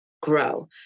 grow